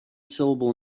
syllable